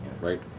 Right